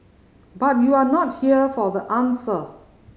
but you're not here for the answer